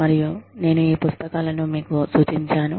మరియు నేను ఈ పుస్తకాలను మీకు సూచించాను